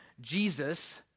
Jesus